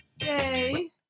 Yay